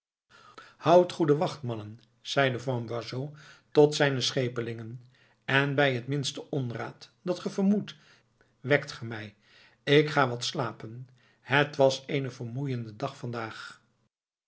houdt goede wacht mannen zeide van boisot tot zijne schepelingen en bij het minste onraad dat ge vermoedt wekt ge mij ik ga wat slapen het was een vermoeiende dag vandaag